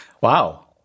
Wow